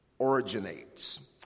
originates